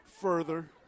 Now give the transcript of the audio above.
further